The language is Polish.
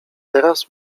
teraz